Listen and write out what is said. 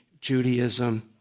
Judaism